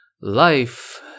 Life